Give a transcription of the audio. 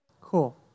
Cool